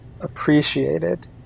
appreciated